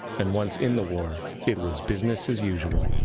and once in the war, it was business as usual.